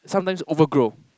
sometimes overgrow